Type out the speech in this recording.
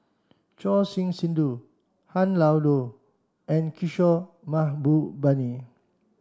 Choor Singh Sidhu Han Lao Da and Kishore Mahbubani